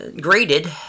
graded